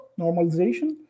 normalization